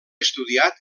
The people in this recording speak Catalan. estudiat